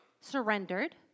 surrendered